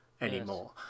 anymore